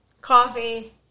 coffee